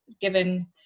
given